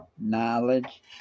knowledge